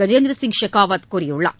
கஜேந்திரசிங் ஷெகாவத் கூறியுள்ளார்